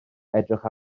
edrych